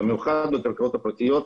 במיוחד בקרקעות הפרטיות,